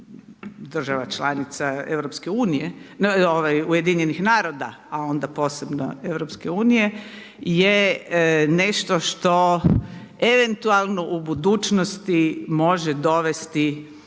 država članica Europske unije, ovaj UN-a a onda posebno Europske unije je nešto što eventualno u budućnosti može dovesti